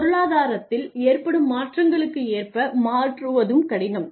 பொருளாதாரத்தில் ஏற்படும் மாற்றங்களுக்கு ஏற்ப மாற்றுவதும் கடினம்